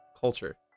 culture